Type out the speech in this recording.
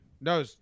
No